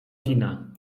kina